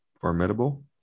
formidable